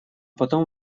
потом